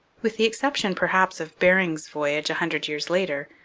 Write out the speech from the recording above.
with the exception, perhaps, of bering's voyage a hundred years later,